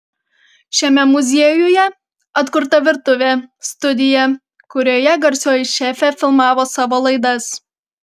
šiame muziejuje atkurta virtuvė studija kurioje garsioji šefė filmavo savo laidas